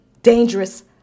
dangerous